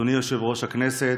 אדוני יושב-ראש הכנסת,